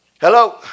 Hello